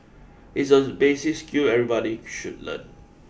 it's a basic skill everybody should learn